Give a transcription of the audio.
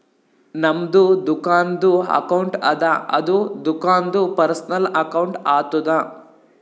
ನಮ್ದು ದುಕಾನ್ದು ಅಕೌಂಟ್ ಅದ ಅದು ದುಕಾಂದು ಪರ್ಸನಲ್ ಅಕೌಂಟ್ ಆತುದ